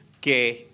que